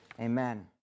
Amen